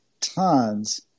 tons